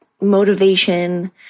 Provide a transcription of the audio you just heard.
motivation